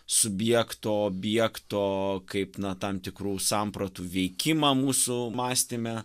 subjekto objekto kaip na tam tikrų sampratų veikimą mūsų mąstyme